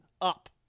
up